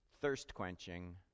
thirst-quenching